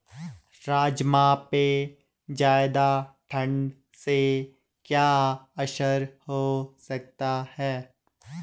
राजमा पे ज़्यादा ठण्ड से क्या असर हो सकता है?